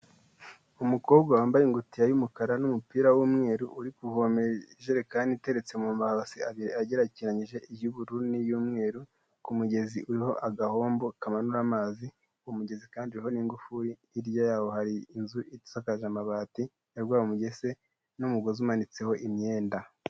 Umukobwa wambaye ingutiya y'umukara n'umupira w'umweru uri kuvoma ijerekani iteretse mu mabasi abiri agerekeranije iy'ubururu n'iy'umweru, ku mugezi uriho agahombo kamanura amazi, umugezi kandi uriho n'ingufuri, hirya yaho hari inzu isakaje amabati yarwaye umugese n'umugozi umanitseho imyenda.